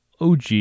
OG